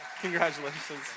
congratulations